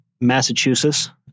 Massachusetts